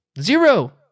zero